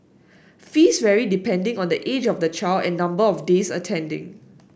fees vary depending on the age of the child and number of days attending